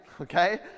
okay